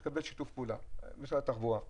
אתה תקבל שיתוף פעולה ממשרד התחבורה.